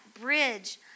bridge